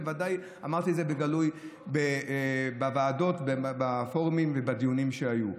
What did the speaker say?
בוודאי אמרתי את זה בגלוי בוועדות בפורומים ובדיונים שהיו.